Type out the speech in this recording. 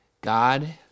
God